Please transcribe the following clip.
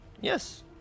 Yes